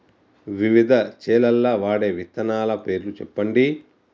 వివిధ చేలల్ల వాడే విత్తనాల పేర్లు చెప్పండి?